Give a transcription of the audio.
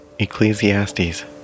Ecclesiastes